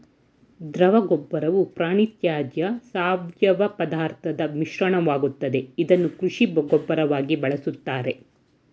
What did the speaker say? ದ್ರವಗೊಬ್ಬರವು ಪ್ರಾಣಿತ್ಯಾಜ್ಯ ಸಾವಯವಪದಾರ್ಥದ್ ಮಿಶ್ರಣವಾಗಯ್ತೆ ಇದ್ನ ಕೃಷಿ ಗೊಬ್ಬರವಾಗಿ ಬಳುಸ್ತಾರೆ